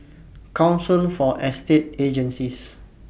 Council For Estate Agencies